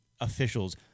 officials